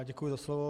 Děkuji za slovo.